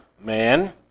man